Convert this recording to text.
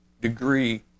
degree